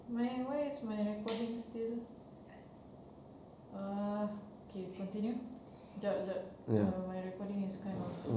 my why is my recoding still err okay you continue kejap kejap ya my recording is kind of